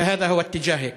זהו הכיוון שלך.